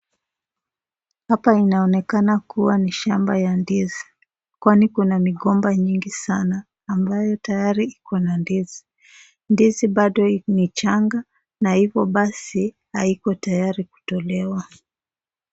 Hapa inaonekana ni shamba ya ndizi kwani kuna migomba mingi sana ambaye tayari kuna ndizi, ndizi pado ni changa na iko pasi haiko tayari kutolewa.